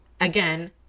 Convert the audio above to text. Again